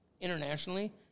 internationally